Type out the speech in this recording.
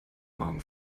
morgen